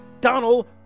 Donald